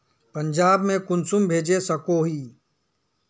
पंजाब में कुंसम भेज सकोही?